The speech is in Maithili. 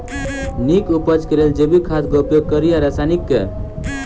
नीक उपज केँ लेल जैविक खाद केँ उपयोग कड़ी या रासायनिक केँ?